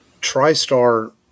TriStar